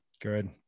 good